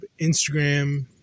Instagram